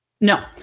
No